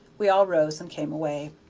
we all rose and came away.